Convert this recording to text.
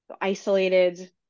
isolated